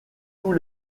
tous